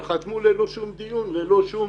אבל חתמו ללא שום דיון וללא שום